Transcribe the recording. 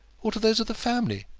or to those of the family.